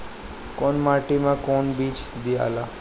कौन माटी मे कौन बीज दियाला?